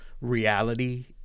reality